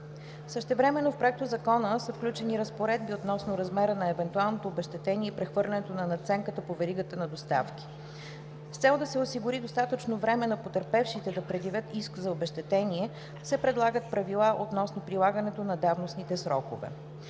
Същевременно в Законопроекта са включени разпоредби относно размера на евентуалното обезщетение и прехвърлянето на надценката по веригата на доставки. С цел да се осигури достатъчно време на потърпевшите да предявят иск за обезщетение се предлагат правила относно прилагането на давностните срокове.